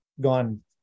gone